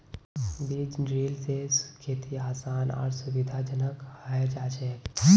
बीज ड्रिल स खेती आसान आर सुविधाजनक हैं जाछेक